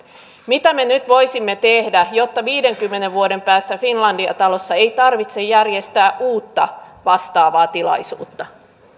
mitä me nyt voisimme tehdä jotta viidenkymmenen vuoden päästä finlandia talossa ei tarvitse järjestää uutta vastaavaa tilaisuutta